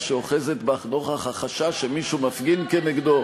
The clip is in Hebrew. שאוחזת בך נוכח החשש שמישהו מפגין כנגדו.